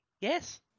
Yes